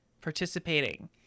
participating